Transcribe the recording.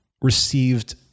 received